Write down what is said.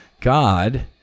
God